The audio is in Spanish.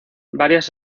varias